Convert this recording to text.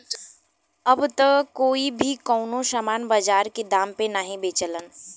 अब त कोई भी कउनो सामान बाजार के दाम पे नाहीं बेचलन